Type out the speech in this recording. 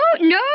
no